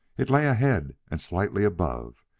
it lay ahead and slightly above,